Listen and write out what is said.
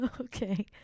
Okay